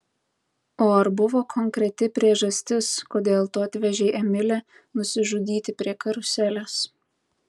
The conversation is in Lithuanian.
o ar buvo konkreti priežastis kodėl tu atvežei emilę nusižudyti prie karuselės